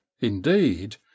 indeed